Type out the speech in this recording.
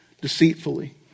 deceitfully